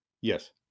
Yes